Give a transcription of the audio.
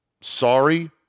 Sorry